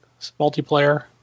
multiplayer